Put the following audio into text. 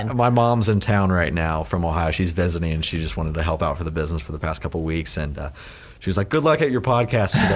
and my mom's in town right now from ohio, she is visiting and she just wanted to help out for the business for the past couple of weeks and she is like good luck at your podcast